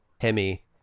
Hemi